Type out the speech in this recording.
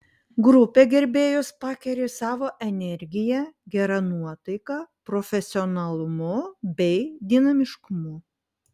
grupė gerbėjus pakeri savo energija gera nuotaika profesionalumu bei dinamiškumu